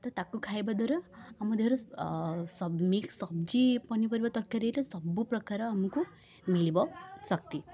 ତ ତାକୁ ଖାଇବା ଦ୍ୱାରା ଆମ ଦେହର ସବ ମିକ୍ସ ସବଜୀ ପନିପରିବା ତରକାରୀରେ ସବୁପ୍ରକାର ଆମକୁ ମିଳିବ ଶକ୍ତି